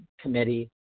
committee